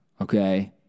okay